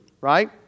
right